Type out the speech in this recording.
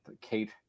Kate